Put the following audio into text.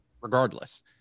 regardless